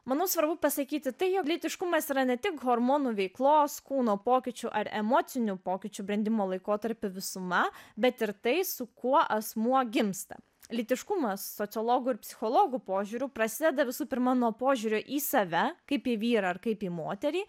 manau svarbu pasakyti tai jog lytiškumas yra ne tik hormonų veiklos kūno pokyčių ar emocinių pokyčių brendimo laikotarpiu visuma bet ir tai su kuo asmuo gimsta lytiškumas sociologų ir psichologų požiūriu prasideda visų pirma nuo požiūrio į save kaip į vyrą ar kaip į moterį